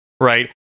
Right